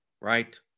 right